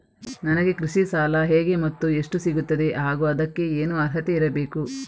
ನನಗೆ ಕೃಷಿ ಸಾಲ ಹೇಗೆ ಮತ್ತು ಎಷ್ಟು ಸಿಗುತ್ತದೆ ಹಾಗೂ ಅದಕ್ಕೆ ಏನು ಅರ್ಹತೆ ಇರಬೇಕು?